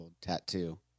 tattoo